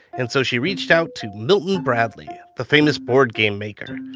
and so she reached out to milton bradley, the famous board game maker.